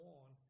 on